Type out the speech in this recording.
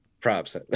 Props